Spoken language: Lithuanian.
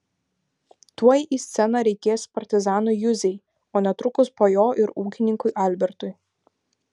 tuoj į sceną reikės partizanui juzei o netrukus po jo ir ūkininkui albertui